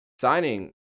signing